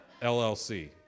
LLC